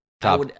Top